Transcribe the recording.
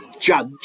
judge